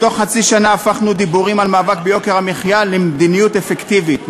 בתוך חצי שנה הפכנו דיבורים על מאבק ביוקר המחיה למדיניות אפקטיבית,